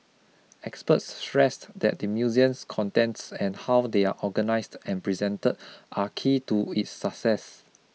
experts stressed that the museum's contents and how they are organised and presented are key to its success